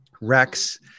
rex